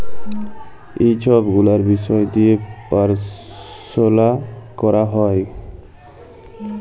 ই ছব গুলাল বিষয় দিঁয়ে পরাশলা ক্যরা হ্যয়